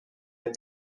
est